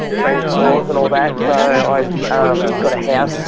friends' floors and all that, so i um got a house,